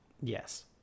Yes